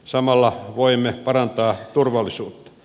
samalla voimme parantaa turvallisuutta